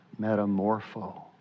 metamorpho